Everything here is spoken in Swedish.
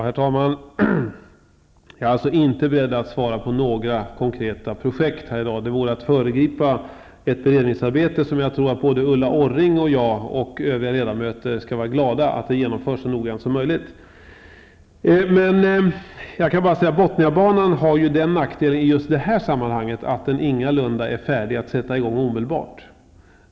Herr talman! Jag är inte beredd att svara på några frågor om konkreta projekt i dag. Det vore att föregripa ett beredningsarbete som jag tror att Ulla Orring, jag och övriga ledamöter skall vara glada om det genomförs så noggrant som möjligt. Bothniabanan har den nackdelen i det här sammanhanget att den ingalunda är färdig att sättas i gång omedelbart.